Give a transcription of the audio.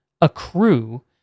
accrue